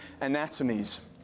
anatomies